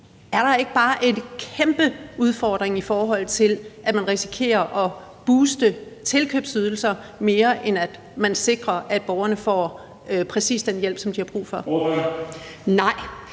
Er der ikke bare en kæmpe udfordring, i forhold til at man risikerer at booste tilkøbsydelser, mere end at man sikrer, at borgerne får præcis den hjælp, som de har brug for? Kl.